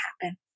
happen